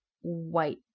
white